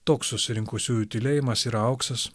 toks susirinkusiųjų tylėjimas yra auksas